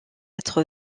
être